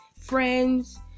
Friends